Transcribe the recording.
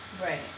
Right